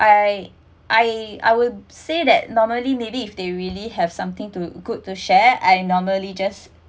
I I I would say that normally maybe if they really have something to good to share I normally just